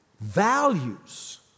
values